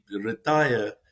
retire